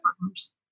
Partners